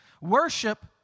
Worship